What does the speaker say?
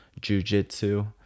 jujitsu